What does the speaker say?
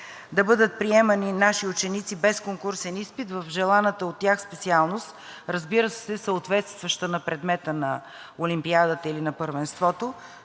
да бъдат приемани наши ученици без конкурсен изпит в желаната от тях специалност, разбира се, съответстваща на предмета на олимпиадата или на първенството,